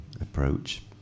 approach